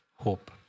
hope